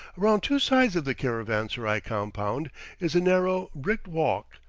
around two sides of the caravanserai compound is a narrow, bricked walk,